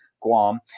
Guam